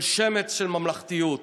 כל שמץ של ממלכתיות.